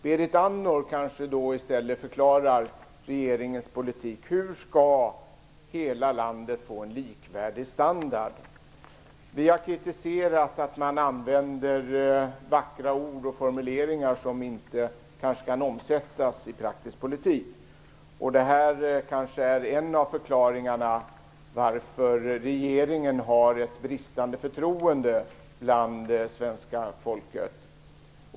Berit Andnor kanske kan förklara regeringens politik när det gäller att i hela landet få en likvärdig standard. Vi har kritiserat er för att använda vackra ord och formuleringar som inte kan omsättas i praktisk politik. Det är kanske en av förklaringarna till att regeringen har ett bristande förtroende bland svenska folket.